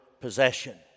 possession